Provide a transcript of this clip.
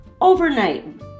overnight